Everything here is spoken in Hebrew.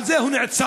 על זה הוא נעצר,